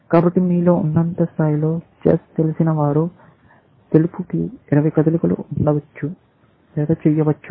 కాబట్టి మీలో ఉన్నత స్థాయిలో చెస్ తెలిసిన వారు తెలుపు 20 కదలికలు చేయవచ్చు